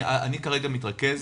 אני כרגע מתרכז